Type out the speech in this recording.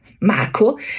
Marco